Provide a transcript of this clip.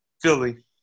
Philly